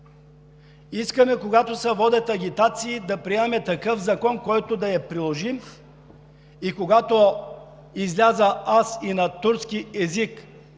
Искаме, когато се водят агитации, да приемем такъв закон, който да е приложим, и когато изляза аз и на турски език